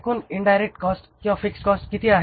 एकूण indirect cost किंवा fixed cost किती आहे